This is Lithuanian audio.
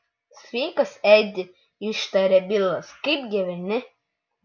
sveikas edi ištarė bilas kaip gyveni